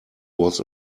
was